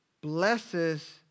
blesses